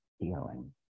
Feeling